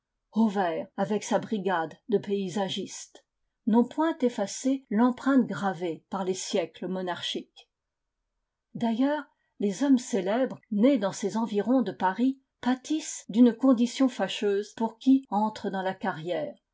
anvers avec sa brigade de paysagistes n'ont point effacé l'empreinte gravée par les siècles monarchiques d'ailleurs les hommes célèbres nés dans ces environs de paris pâtissent d'une condition fâcheuse pour qui entre dans la carrière